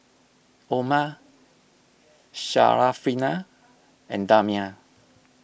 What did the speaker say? Omar Syarafina and Damia